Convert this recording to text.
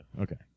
Okay